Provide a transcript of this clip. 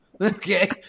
okay